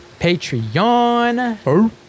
Patreon